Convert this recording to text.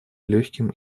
легким